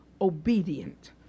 Obedient